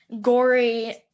gory